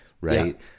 right